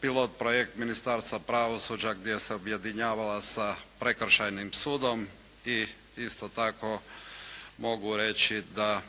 pilot projekt Ministarstva pravosuđa gdje se objedinjavala sa Prekršajnim sudom i isto tako mogu reći da